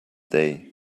day